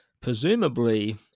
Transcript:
presumably